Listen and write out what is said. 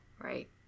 right